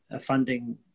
Funding